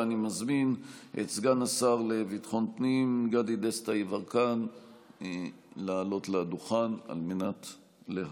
אני מזמין את סגן השר לביטחון הפנים גדי דסטה יברקן לעלות לדוכן להשיב.